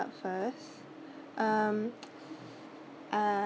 first um uh